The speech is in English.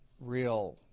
real